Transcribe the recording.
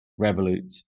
Revolut